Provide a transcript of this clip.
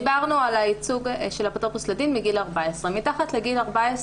דיברנו על הייצוג של אפוטרופוס לדין מגיל 14. מתחת לגיל 14